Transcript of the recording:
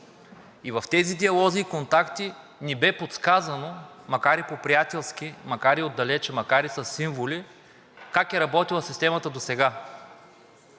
И в тези диалози и контакти ни бе подсказано, макар и по приятелски, макар и отдалеч, макар и със символи, как е работила системата досега